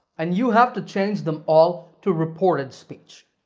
and you have to change them all to reported speech.